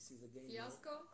Fiasco